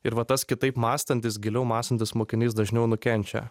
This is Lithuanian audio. ir va tas kitaip mąstantis giliau mąstantis mokinys dažniau nukenčia